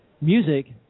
music